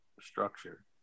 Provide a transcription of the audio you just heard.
structure